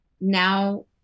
now